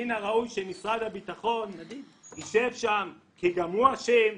מן הראוי שמשרד הביטחון ישב שם, כי גם הוא אשם.